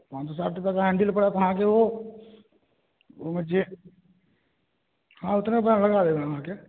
पाॅंच सए साठि रुपैआके हैण्डिल पड़त अहाँके ओ ओ मऽ जे हँ ओतने मे लगाए देब अहाँके